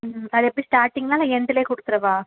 ம் அது எப்படி ஸ்டார்ட்டிங்கா இல்லை எண்டுலேயே கொடுத்துடவா